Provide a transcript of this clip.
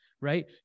Right